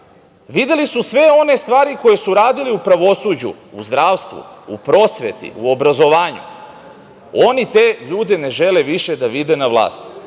Videli su sve one stvari koje su radili u pravosuđu, u zdravstvu, u prosveti, u obrazovanju. Oni te ljude ne žele više da vide na vlasti.